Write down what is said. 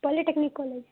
polytechnic college